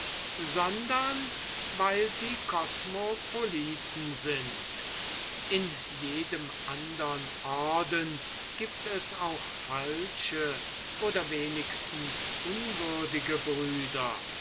sondern weil sie kosmopoliten sind in jedem andern orden gibt es auch falsche oder wenigstens unwürdige brüder